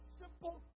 simple